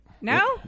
No